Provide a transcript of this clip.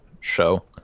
show